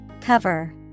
Cover